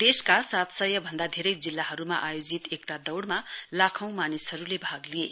देशका सात सय भन्दा धेरै जिल्लाहरुमा आयोजित एकता दौड़मा लाखौं मानिसहरुले भाग लिए